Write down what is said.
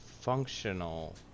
functional